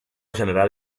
generar